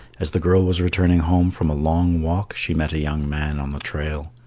as the girl was returning home from a long walk she met a young man on the trail.